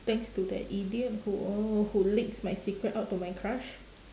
thanks to that idiot who oh who leaks my secret out to my crush